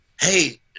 hey